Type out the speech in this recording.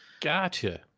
Gotcha